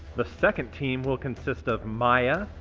the second team will consist of maya,